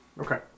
Okay